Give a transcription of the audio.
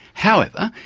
however,